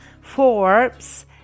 Forbes